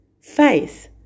faith